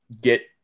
get